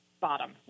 bottom